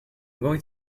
going